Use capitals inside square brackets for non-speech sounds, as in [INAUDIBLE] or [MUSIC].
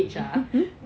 [LAUGHS]